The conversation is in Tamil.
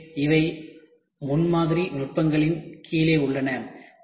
எனவே இவை முன்மாதிரி நுட்பங்களின் கீழ் உள்ளன